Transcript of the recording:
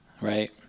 right